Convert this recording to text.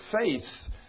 face